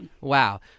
Wow